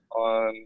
on